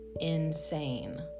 insane